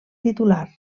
titular